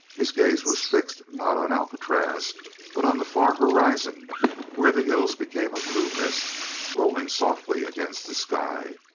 his gaze was fixed not on alcatraz but on the far horizon where the hills became a blue mist rolling softly against the sky.